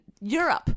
europe